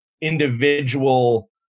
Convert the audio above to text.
individual